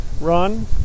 run